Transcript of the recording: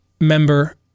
member